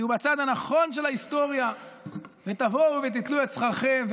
תהיו בצד הנכון של ההיסטוריה ותבואו ותיטלו את שכרכם,